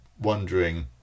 wondering